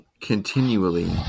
continually